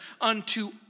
unto